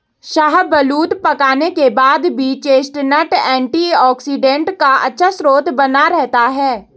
शाहबलूत पकाने के बाद भी चेस्टनट एंटीऑक्सीडेंट का अच्छा स्रोत बना रहता है